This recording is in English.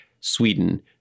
Sweden